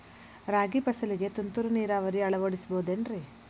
ರಾಗಿ ಫಸಲಿಗೆ ತುಂತುರು ನೇರಾವರಿ ಅಳವಡಿಸಬಹುದೇನ್ರಿ?